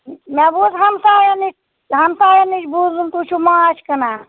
مےٚ بوٗز ہَمساین نِش ہَمساین نِش بوٗزُم تُہۍ چھِو مانٛچھ کٕنان